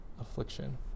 affliction